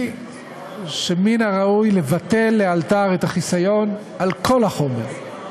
היא שמן הראוי לבטל לאלתר את החיסיון על כל החומר.